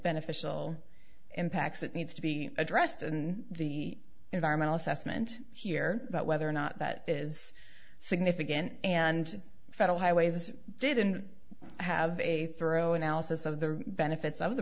beneficial impacts it needs to be addressed in the environmental assessment here about whether or not that is significant and federal highways didn't have a thorough analysis of the benefits of the